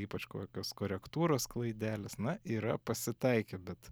ypač kokios korektūros klaidelės na yra pasitaikę bet